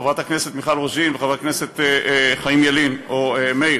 חברת הכנסת מיכל רוזין וחבר הכנסת חיים ילין או מאיר,